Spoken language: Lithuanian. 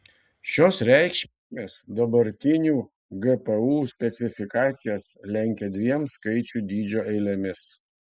šios reikšmės dabartinių gpu specifikacijas lenkia dviem skaičių dydžio eilėmis